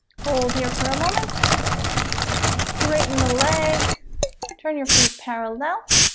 hold here for a moment straighten the leg turn your feet parallel